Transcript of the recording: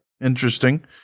Interesting